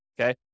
Okay